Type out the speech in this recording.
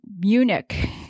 Munich